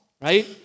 right